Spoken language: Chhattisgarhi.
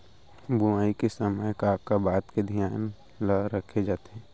बुआई के समय का का बात के धियान ल रखे जाथे?